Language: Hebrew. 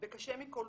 וקשה מכל,